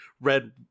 Red